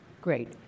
Great